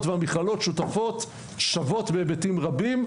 והמכללות שותפות שוות בהיבטים רבים,